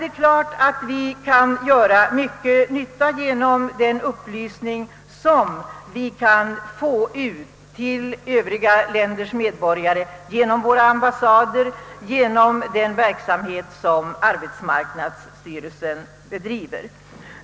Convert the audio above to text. Mycket nytta kan göras genom den upplysning vi kan få ut till Övriga länders medborgare genom våra ambassader och genom den verksamhet som arbetsmarknadsstyrelsen bedriver.